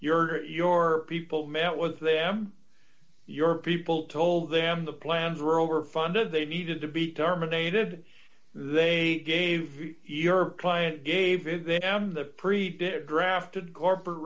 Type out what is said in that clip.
your your people met with them your people told them the plans were over funded they needed to be terminated they gave you your client gave it then i am the prepared grafted corporate